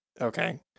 Okay